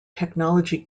technology